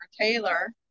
Taylor